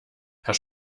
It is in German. herr